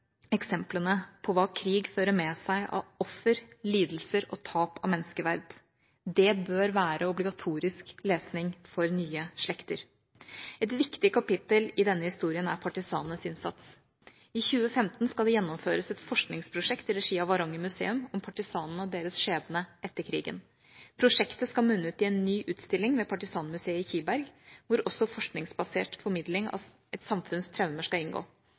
eksemplene på hva krig fører med seg av offer, lidelser og tap av menneskeverd. Det bør være obligatorisk lesning for nye slekter. Et viktig kapittel i denne historien er partisanenes innsats. I 2015 skal det gjennomføres et forskningsprosjekt i regi av Varanger Museum om partisanene og deres skjebne etter krigen. Prosjektet skal munne ut i en ny utstilling ved Partisanmuseet i Kiberg, hvor også forskningsbasert formidling av et samfunns traumer skal inngå.